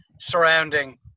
surrounding